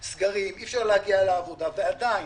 סגרים, אי אפשר להגיע לעבודה, ועדיין,